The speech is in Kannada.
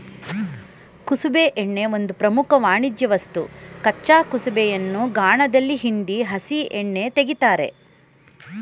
ಕುಸುಬೆ ಎಣ್ಣೆ ಒಂದು ಪ್ರಮುಖ ವಾಣಿಜ್ಯವಸ್ತು ಕಚ್ಚಾ ಕುಸುಬೆಯನ್ನು ಗಾಣದಲ್ಲಿ ಹಿಂಡಿ ಹಸಿ ಎಣ್ಣೆ ತೆಗಿತಾರೆ